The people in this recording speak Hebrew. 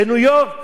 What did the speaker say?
בניו-יורק